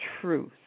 truth